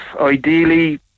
ideally